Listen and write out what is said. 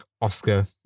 Oscar